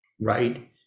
right